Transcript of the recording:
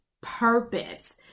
purpose